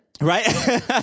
Right